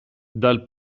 dal